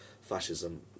fascism